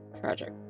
Tragic